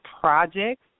projects